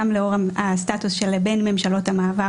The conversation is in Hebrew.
גם לאור הסטטוס של בין ממשלות המעבר